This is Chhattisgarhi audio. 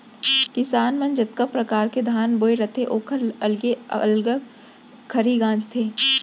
किसान मन जतका परकार के धान बोए रथें ओकर अलगे अलग खरही गॉंजथें